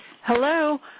Hello